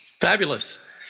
Fabulous